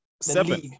Seven